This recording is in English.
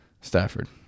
Stafford